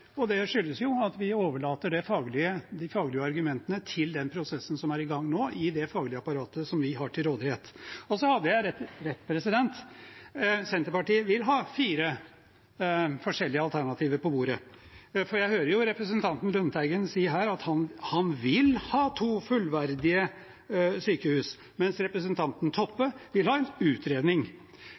og det skyldes at vi overlater de faglige argumentene i den prosessen som er i gang nå, til det faglige apparatet som vi har til rådighet. Og så hadde jeg rett: Senterpartiet vil ha fire forskjellige alternativer på bordet, for jeg hører jo representanten Lundteigen si her at han vil ha to fullverdige sykehus, mens representanten Toppe vil ha en utredning.